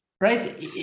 right